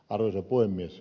arvoisa puhemies